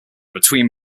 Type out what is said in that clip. between